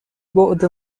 بُعد